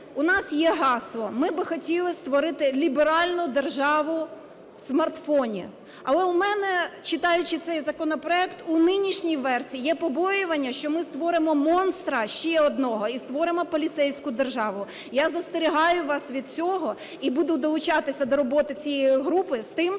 у нас є гасло. Ми би хотіли створити ліберальну "державу в смартфоні". Але у мене, читаючи цей законопроект у нинішній версії, є побоювання, що ми створимо монстра ще одного і створимо поліцейську державу. Я застерігаю вас від цього. І буду долучатися до роботи цієї групи з тим,